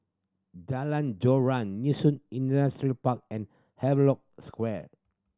Jalan Joran Yishun Industrial Park and Havelock Square